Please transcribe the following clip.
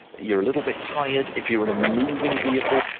you're a little bit tired, if you are in a moving vehicle,